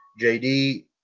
jd